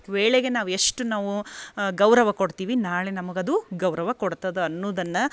ವೇಳೆಗೆ ನಾವು ಎಷ್ಟು ನಾವು ಗೌರವ ಕೊಡ್ತೀವಿ ನಾಳೆ ನಮ್ಗೆ ಅದು ಗೌರವ ಕೊಡ್ತದ ಅನ್ನೋದನ್ನು